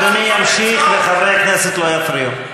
אדוני ימשיך, וחברי הכנסת לא יפריעו.